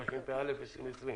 4), התשפ"א-2020.